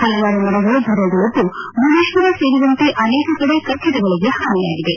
ಹಲವಾರು ಮರಗಳು ಧರೆಗುರುಳಿದ್ದು ಭುವನೇತ್ವರ ಸೇರಿದಂತೆ ಅನೇಕ ಕಡೆ ಕಟ್ಟಡಗಳಿಗೆ ಹಾನಿಯಾಗಿದೆ